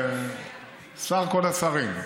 שר כל השרים.